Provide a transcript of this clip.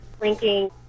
linking